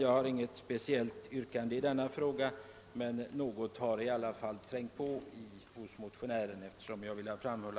Jag har inget speciellt yrkande, men som motionär har jag velat framföra några tankar i denna fråga.